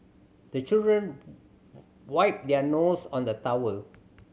the children wipe their nose on the towel